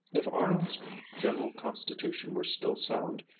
if arnold's general constitution were still sound,